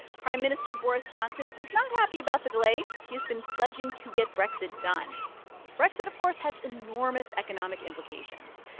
prime minister boris johnson was not happy about the delay. he's been pledging to get brexit done brexit, of course, has enormous economic implications.